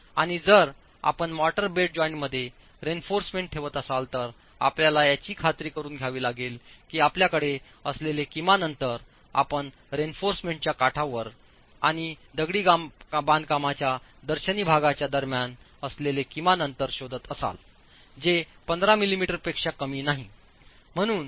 आणि जर आपण मोर्टार बेड जॉइंटमध्ये रेइन्फॉर्समेंट ठेवत असाल तर आपल्याला याची खात्री करुन घ्यावी लागेल की आपल्याकडे असलेले किमान अंतर आपण रेइन्फॉर्समेंट च्या काठावर आणि दगडी बांधकामच्या दर्शनी भागाच्या दरम्यान असलेले किमान अंतर शोधत असाल जे 15 मिलिमीटरपेक्षा कमी नाही